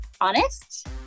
Honest